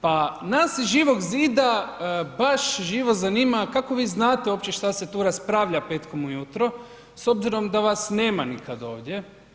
Pa nas iz Živog zida baš živo zanima kako vi znate uopće šta se tu raspravlja petkom ujutro, s obzirom da vas nema nikad ovdje?